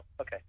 okay